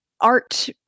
art